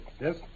Yes